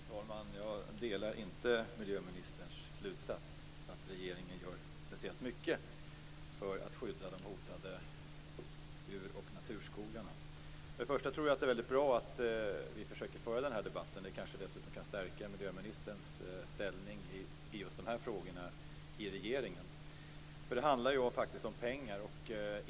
Fru talman! Jag delar inte miljöministerns slutsats om att regeringen gör speciellt mycket för att skydda de hotade ur och naturskogarna. Först och främst tror jag att det är väldigt bra att vi försöker föra denna debatt. Det kanske dessutom kan stärka miljöministerns ställning i regeringen i just dessa frågor. Det handlar ju faktiskt om pengar.